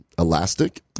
elastic